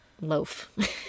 loaf